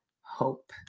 Hope